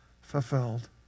fulfilled